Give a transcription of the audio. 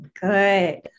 Good